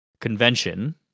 convention